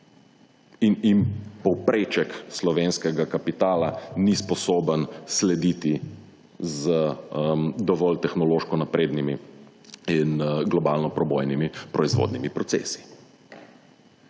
jim povpreček slovenskega kapitala ni sposoben slediti z dovolj tehnološko naprednimi in globalno prebojnimi proizvodnimi procesi.